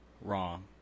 wrong